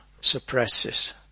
suppresses